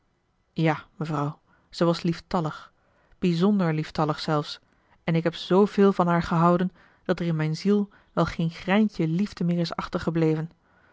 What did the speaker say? ja mevrouw zij was lieftallig bijzonder lieftallig zelfs en ik heb zooveel van haar gehouden dat er in mijn ziel wel geen greintje liefde meer is achtergebleven